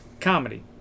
comedy